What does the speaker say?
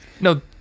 no